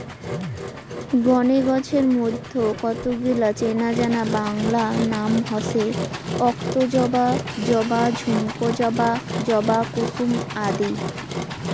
গণে গছের মইধ্যে কতগিলা চেনাজানা বাংলা নাম হসে অক্তজবা, জবা, ঝুমকা জবা, জবা কুসুম আদি